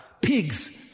pigs